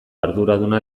arduraduna